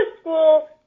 school